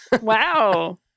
Wow